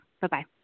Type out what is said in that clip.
Bye-bye